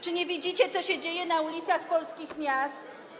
Czy nie widzicie, co się dzieje na ulicach polskich miast?